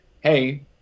Hey